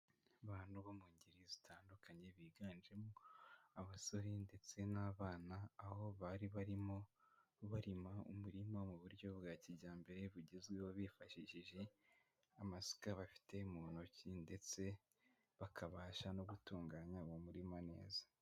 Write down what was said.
Abantu bo mu ngeri zitandukanye biganjemo abasore ndetse n'abana, aho bari barimo barima umurima mu buryo bwa kijyambere bugezweho bifashishije amasuka bafite mu ntoki, ndetse bakabasha no gutunganya uwo murima neza.